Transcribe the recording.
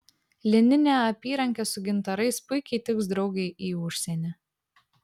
lininė apyrankė su gintarais puikiai tiks draugei į užsienį